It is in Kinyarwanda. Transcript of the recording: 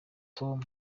tom